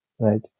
right